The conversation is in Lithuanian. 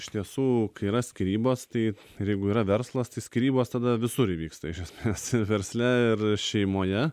iš tiesų yra skyrybos tai ir jeigu yra verslas tai skyrybos tada visur vyksta iš esmės versle ir šeimoje